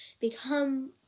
become